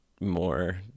more